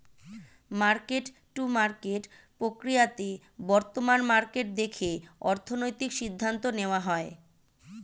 market to market প্রক্রিয়াতে বর্তমান market দেখে অর্থনৈতিক সিদ্ধান্ত নেওয়া হয়